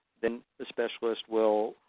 then the specialist will